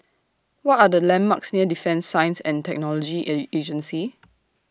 What Are The landmarks near Defence Science and Technology A Agency